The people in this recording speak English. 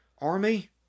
Army